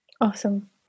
Awesome